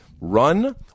run